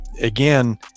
again